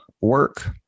work